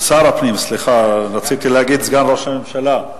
התכוונתי להגיד: סגן ראש הממשלה.